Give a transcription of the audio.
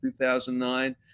2009